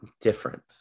different